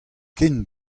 ken